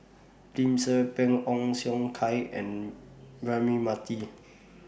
Lim Tze Peng Ong Siong Kai and Braema Mathi